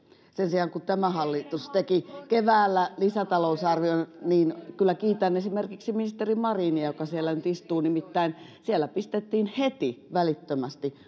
sen sijaan kun tämä hallitus teki keväällä lisätalousarvion niin kyllä kiitän esimerkiksi ministeri marinia joka siellä nyt istuu nimittäin siellä pistettiin heti välittömästi